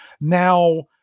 Now